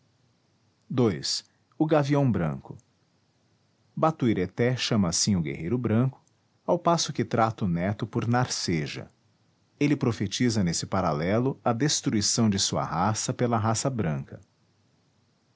gavião branco batuireté chama assim o guerreiro branco ao passo que trata o neto por narceja ele profetiza nesse paralelo a destruição de sua raça pela raça branca